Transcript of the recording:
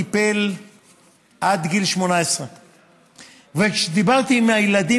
טיפל עד גיל 18. וכשדיברתי עם הילדים